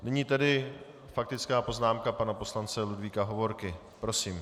Nyní tedy faktická poznámka pana poslance Ludvíka Hovorky, prosím.